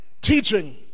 teaching